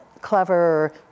clever